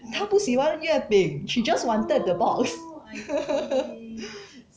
她不喜欢月饼 she just wanted the box